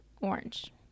orange